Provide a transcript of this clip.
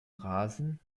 rasen